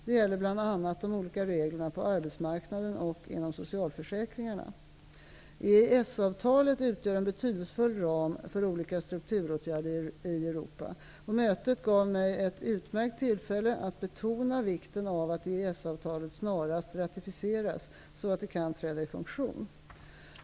Detta gäller bl.a. de olika reglerna på arbetsmarknaden och inom socialförsäkringarna. EES-avtalet utgör en betydelsefull ram för olika strukturåtgärder i Europa. Mötet gav mig ett utmärkt tillfälle att betona vikten av att EES avtalet snarast ratificeras, så att det kan träda i funktion.